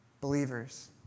believers